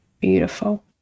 Beautiful